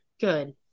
Good